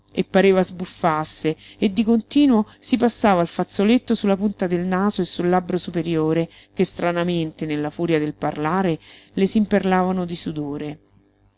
e pareva sbuffasse e di continuo si passava il fazzoletto su la punta del naso e sul labbro superiore che stranamente nella furia del parlare le s'imperlavano di sudore